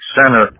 center